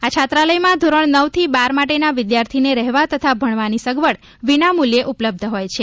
આ છાત્રાલયમાં ધોરણ નવથી બાર માટેના વિદ્યાર્થીને રહેવા તથા ભણવાની સગવડ વિનામૂલ્યે ઉપલબ્ધ હોય છે